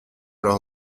leur